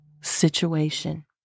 situation